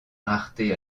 rareté